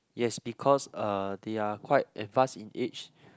yes because uh they are quite advanced in age